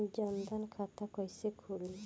जनधन खाता कइसे खुली?